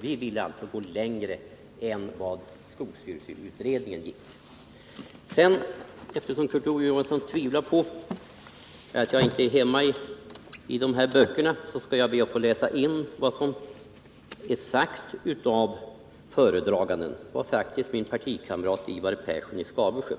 Vi ville alltså gå längre än vad skolstyrelseutredningen gjorde. Eftersom Kurt Ove Johansson tvivlar på att jag är hemma i handlingarna från denna tid vill jag till protokollet läsa in vad som i propositionen sades av föredraganden, min partikamrat Ivar Persson i Skabersjö: